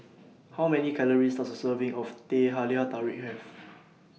How Many Calories Does A Serving of Teh Halia Tarik Have